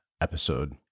episode